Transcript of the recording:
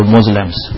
Muslims